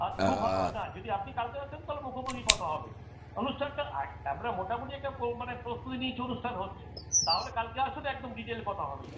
আচ্ছা খুব ভালো হয় না যদি আপনি কালকে আসেন তাহলে মুখোমুখি কথা হবে অনুষ্ঠানটা আমরা মোটামুটি একটা ও মানে প্রস্তুতি নিয়েছি অনুষ্ঠান হচ্ছে তাহলে কালকে আসুন একদম ডিটেলে কথা হবে যাবে